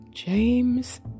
James